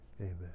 Amen